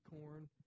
corn